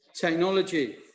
Technology